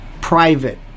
private